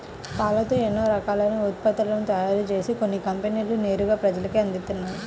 పాలతో ఎన్నో రకాలైన ఉత్పత్తులను తయారుజేసి కొన్ని కంపెనీలు నేరుగా ప్రజలకే అందిత్తన్నయ్